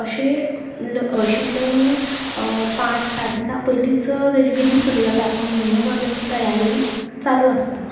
अशे अशें लग्न पांच सात दिसां पयलीच तेजी विधी सुरू जाता पूण म्हयने भर तांची तयारी चालू आसता